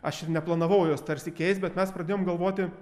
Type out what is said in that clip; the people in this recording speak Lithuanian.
aš ir neplanavau jos tarsi keist bet mes pradėjom galvoti